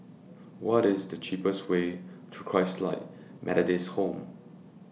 What IS The cheapest Way to Christalite Methodist Home